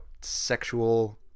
sexual